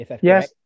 Yes